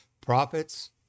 prophets